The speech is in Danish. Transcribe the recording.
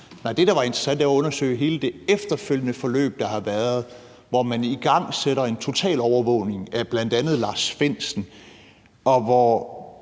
det, der ville være interessant, er jo at undersøge hele det efterfølgende forløb, der har været, hvor man igangsætter en totalovervågning af bl.a. Lars Findsen, og hvor